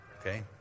Okay